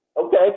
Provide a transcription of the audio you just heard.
Okay